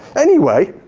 anyway,